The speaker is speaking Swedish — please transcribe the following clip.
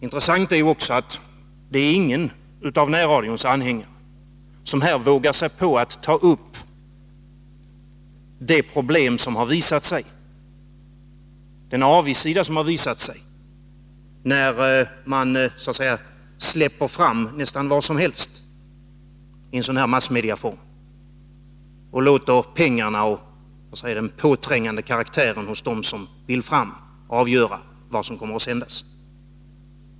Intressant är också att det inte är någon av närradions anhängare som här vågar sig på att ta upp den avigsida som har visat sig, när man släpper fram nästan vad som helst i en sådan här massmedieform och låter pengarna och den påträngande karaktären hos dem som vill fram avgöra vad som kommer att sändas.